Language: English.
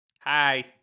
Hi